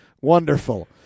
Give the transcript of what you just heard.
Wonderful